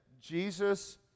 jesus